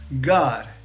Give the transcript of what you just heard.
God